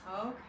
Okay